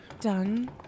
Done